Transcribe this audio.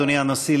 אדוני הנשיא,